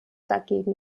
dagegen